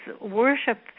worship